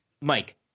Mike